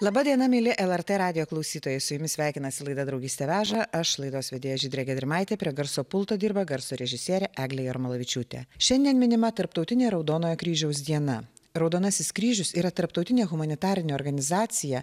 laba diena mieli lrt radijo klausytojai su jumis sveikinasi laida draugystė veža aš laidos vedėja žydrė gedrimaitė prie garso pulto dirba garso režisierė eglė jarmalavičiūtė šiandien minima tarptautinė raudonojo kryžiaus diena raudonasis kryžius yra tarptautinė humanitarinė organizacija